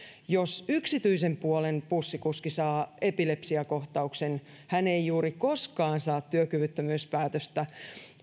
jos yksityisen puolen bussikuski saa epilepsiakohtauksen hän ei juuri koskaan saa työkyvyttömyyspäätöstä